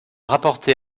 rapporté